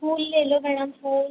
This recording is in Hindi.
फूल ले लो भैया फूल